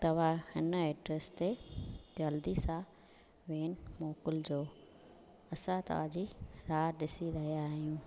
तव्हां हिन एड्रेस ते जल्दी सां वेन मोकिलिजो असां तव्हांजी राह ॾिसी रहियां आहियूं